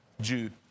Jude